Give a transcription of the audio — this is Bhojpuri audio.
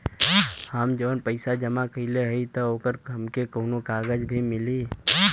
हम जवन पैसा जमा कइले हई त ओकर हमके कौनो कागज भी मिली?